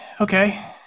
okay